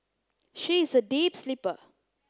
she is a deep sleeper